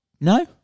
No